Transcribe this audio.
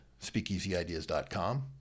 speakeasyideas.com